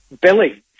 Billy